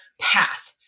path